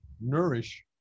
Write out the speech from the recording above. nourish